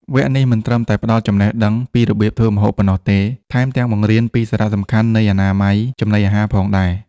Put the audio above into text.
វគ្គនេះមិនត្រឹមតែផ្ដល់ចំណេះដឹងពីរបៀបធ្វើម្ហូបប៉ុណ្ណោះទេ ថែមទាំងបង្រៀនពីសារៈសំខាន់នៃអនាម័យចំណីអាហារផងដែរ។